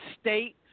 state